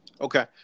Okay